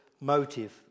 motive